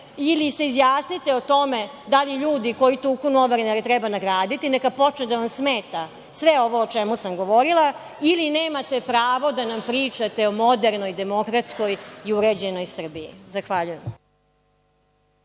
ili se izjasnite o tome da li ljude koji tuku novinare treba nagraditi? Neka počne da vam smeta sve ovo o čemu sam govorila ili nemate prava da nam pričate o modernoj, demokratskoj i uređenoj Srbiji. Zahvaljujem.